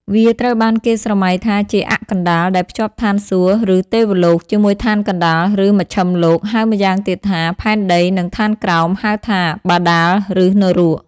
វាត្រូវបានគេស្រមៃថាជា "អ័ក្សកណ្តាល" ដែលភ្ជាប់ឋានសួគ៌ ឬ ទេវលោក ជាមួយឋានកណ្តាល ឬ មជ្ឈិមលោក ហៅម៉្យាងទៀតថា ផែនដី និងឋានក្រោម ហៅថា បាតាល ឬនរក។